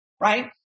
right